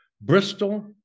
Bristol